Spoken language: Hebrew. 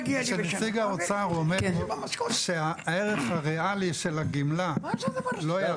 כשנציג האוצר שהערך הריאלי של הגמלה לא ירד